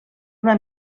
una